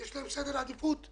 יש להם אולי סדר עדיפות אחר.